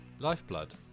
Lifeblood